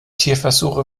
tierversuche